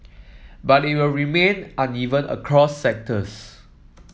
but it will remain uneven across sectors